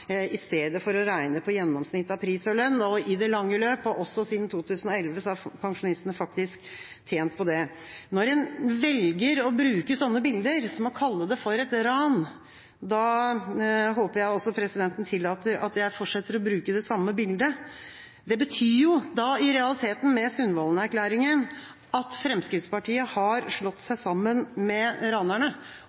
i stedet for å regne på gjennomsnitt av pris og lønn. I det lange løp, og også siden 2011, har pensjonistene faktisk tjent på det. Når en velger å bruke bilder som «ran», håper jeg også presidenten tillater at jeg fortsetter å bruke det samme bildet. Det betyr i realiteten, med Sundvolden-erklæringa, at Fremskrittspartiet har slått seg sammen med ranerne,